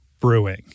Brewing